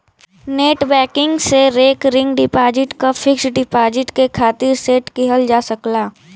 net banking से recurring deposit क fixed deposit के खातिर सेट किहल जा सकला